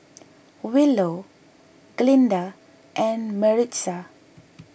Willow Glinda and Maritza